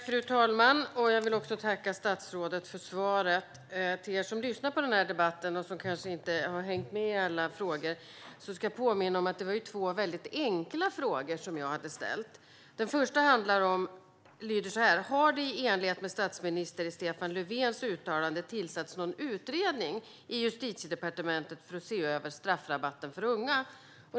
Fru talman! Jag vill tacka statsrådet för svaret. För er som lyssnar på debatten och som kanske inte har hängt med i alla frågor ska jag påminna om att det var två enkla frågor som jag ställde. Den första lyder: Har det i enlighet med statsminister Stefan Löfvens uttalande tillsatts någon utredning i Justitiedepartementet för att se över straffrabatten för unga?